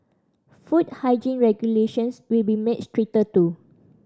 food hygiene regulations will be made stricter too